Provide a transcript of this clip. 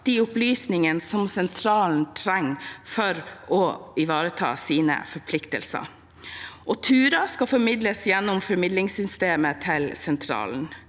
de opplysningene som sentralen trenger for å ivareta sine forpliktelser, og turer skal formidles gjennom formidlingssystemet til sentralen.